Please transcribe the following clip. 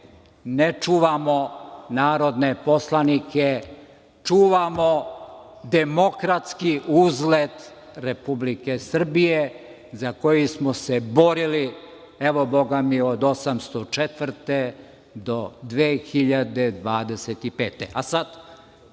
ne čuvamo narodne poslanike, čuvamo demokratski uzlet Republike Srbije za koji smo se borili, evo, bogami, od 1804. do 2025.